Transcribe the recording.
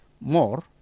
More